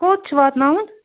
کوٚت چھِ واتناوُن